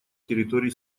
территории